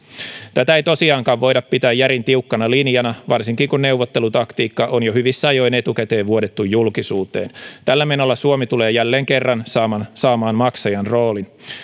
tätä ei tosiaankaan voida pitää järin tiukkana linjana varsinkin kun neuvottelutaktiikka on jo hyvissä ajoin etukäteen vuodettu julkisuuteen tällä menolla suomi tulee jälleen kerran saamaan saamaan maksajan roolin